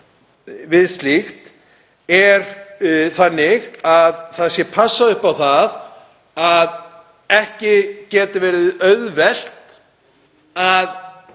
við slíkt er þannig að passað sé upp á að ekki geti verið auðvelt að